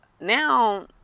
now